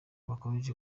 bakomeje